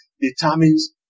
determines